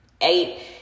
eight